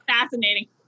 fascinating